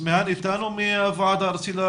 אסמהאן איתנו מהוועד הארצי?